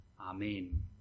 Amen